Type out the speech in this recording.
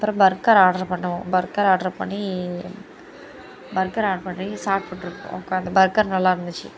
அப்புறம் burger order பண்ணுவோம் burger order பண்ணி பர்கர் ஆர்டர் பண்ணி சாப்பிட்ருப்போம் உக்காந்து பர்கர் நல்லாருந்துச்சு